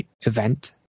event